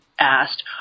asked